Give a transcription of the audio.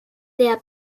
der